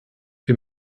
wir